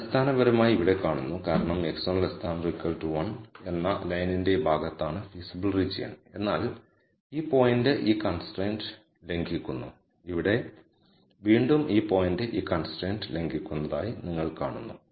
അത് അടിസ്ഥാനപരമായി ഇവിടെ കാണുന്നു കാരണം x1 1 എന്ന ലൈനിന്റെ ഈ ഭാഗത്താണ് ഫീസിബിൾ റീജിയൻ എന്നാൽ ഈ പോയിന്റ് ഈ കൺസ്ട്രൈൻറ് ലംഘിക്കുന്നു ഇവിടെ വീണ്ടും ഈ പോയിന്റ് ഈ കൺസ്ട്രൈൻറ് ലംഘിക്കുന്നതായി നിങ്ങൾ കാണുന്നു